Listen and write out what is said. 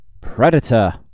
predator